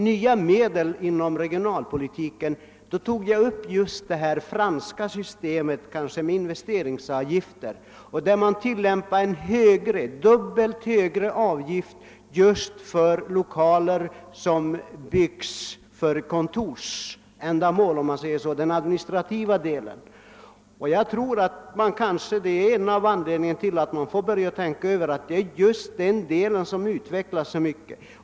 nya medel inom regionalpolitiken : talade jag just om det franska systemet med :investeringsavgifter, där man tillämpar en mångdubbelt högre avgift just för lokaler som byggs för kontorsändamål — för den administrativa delen. Man måste börja tänka på att det är just den delen som utvecklas mest.